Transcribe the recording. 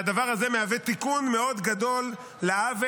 והדבר הזה מהווה תיקון מאוד גדול לעוול.